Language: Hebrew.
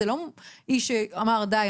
זה לא איש שאמר 'די,